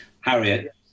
Harriet